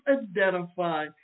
identify